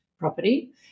property